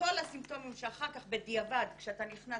כל הסימפטומים שאחר כך בדיעבד כשאתה נכנס